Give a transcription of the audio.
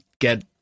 get